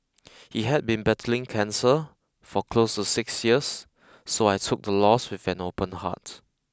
he had been battling cancer for close to six years so I took the loss with an open heart